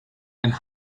and